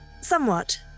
somewhat